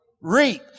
Reap